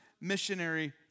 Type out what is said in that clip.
missionary